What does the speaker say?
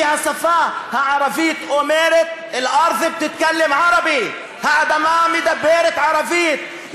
כי השפה הערבית אומרת: (אומר בערבית ומתרגם:) האדמה מדברת ערבית.